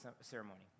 ceremony